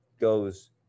goes